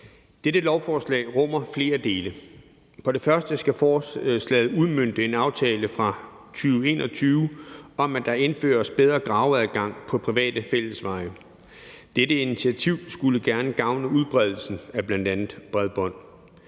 Dette lovforslag rummer flere dele. For det første skal forslaget udmønte en aftale fra 2021 om, at der indføres bedre graveadgang på private fællesveje. Dette initiativ skulle gerne gavne udbredelsen af bl.a. bredbånd.